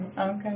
okay